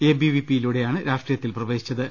എബിവിപിയിലൂടെയാണ് രാഷ്ട്രീയത്തിൽ പ്രവേ ശിച്ചത്